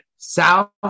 South